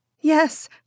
Yes